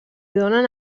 donen